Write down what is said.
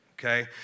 Okay